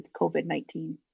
COVID-19